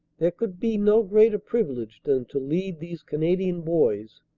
there could be no greater privilege than to lead these canadian boys,